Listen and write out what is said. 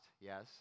Yes